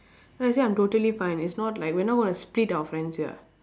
then I say I'm totally fine it's not like we are not gonna split our friends here